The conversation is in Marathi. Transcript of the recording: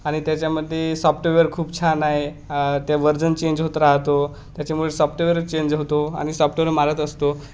आणि त्याच्यामध्ये सॉफ्टवेअर खूप छान आहे आ त्या वर्जन चेंज होत राहतो त्याच्यामुळे सॉफ्टवेअर चेंज होतो आणि सॉफ्टवेअर मारत असतो